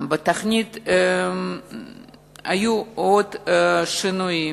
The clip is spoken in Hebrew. בתוכנית היו עוד שינויים,